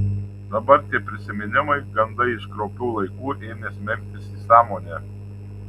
dabar tie prisiminimai gandai iš kraupių laikų ėmė smelktis į sąmonę